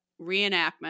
reenactment